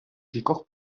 кількох